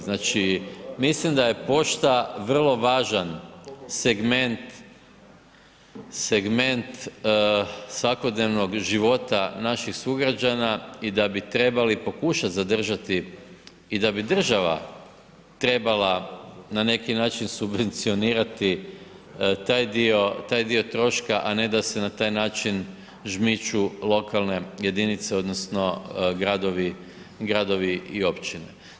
Znači, mislim da je pošta vrlo važan segment, segment svakodnevnog života naših sugrađana i da bi trebali pokušati zadržati i da bi država trebala na neki način subvencionirati taj dio troška, a ne da se na taj način žmiču lokalne jedinice odnosno gradovi, gradovi i općine.